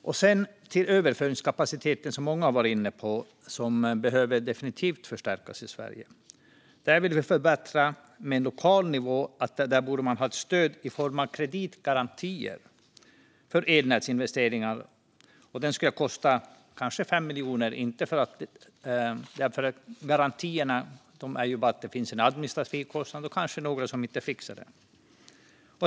Många har varit inne på överföringskapaciteten; den behöver definitivt förstärkas i Sverige. Där vill vi förbättra på lokal nivå. Man borde ha ett stöd i form av kreditgarantier för elnätsinvesteringar. Det kanske skulle kosta 5 miljoner kronor. Det finns en administrativ kostnad, och det kanske finns några som inte fixar det.